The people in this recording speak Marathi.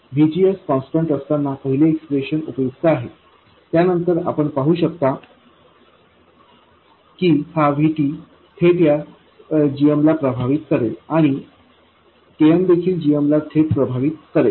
VGS कॉन्स्टंट असतांना पहिले एक्सप्रेशन उपयुक्त आहे त्यामुळे नंतर आपण पाहू शकता की हा Vt थेट या gm ला प्रभावित करेल आणि kn देखीलgm ला थेट प्रभावित करेल